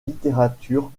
littérature